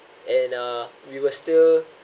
and uh we were still